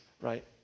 right